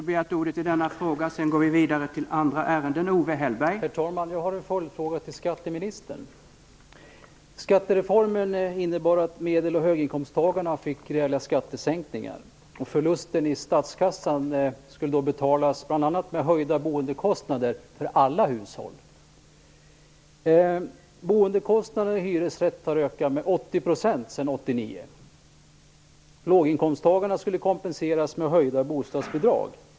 Herr talman! Jag har en följdfråga till skatteministern. Skattereformen innebar att medel och höginkomsttagarna fick reella skattesänkningar, och förlusten i statskassan skulle betalas bl.a. med höjda boendekostnader för alla hushåll. Boendekostnaderna i hyresrätt har ökat med 80 % sedan 1989. Låginkomsttagarna skulle kompenseras med höjda bostadsbidrag.